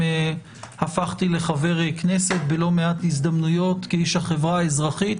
הפכתי חבר כנסת בלא מעט הזדמנויות כאיש החברה האזרחית.